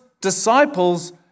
disciples